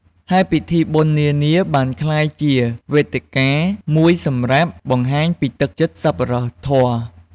ហើយពិធីបុណ្យនានាបានក្លាយជាវេទិកាមួយសម្រាប់បង្ហាញពីទឹកចិត្តសប្បុរសធម៌។